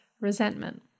resentment